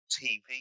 TV